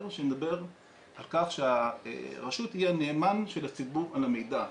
שמדבר על כך שהרשות היא הנאמן של הציבור על המידע.